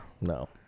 No